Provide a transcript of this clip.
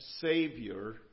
Savior